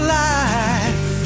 life